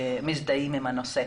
שמזדהים עם הנושא.